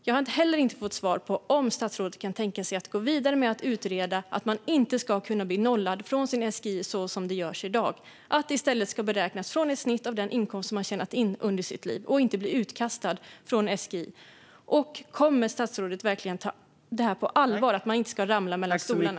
Jag har inte heller fått svar på om statsrådet kan tänka sig att gå vidare med att utreda att man inte ska kunna bli nollad från sin SGI så som sker i dag, utan att den i stället ska beräknas från ett snitt av den inkomst som man tjänat in under sitt liv och att man inte ska bli utkastad från SGI. Kommer statsrådet verkligen att ta detta på allvar, att man inte ska ramla mellan stolarna?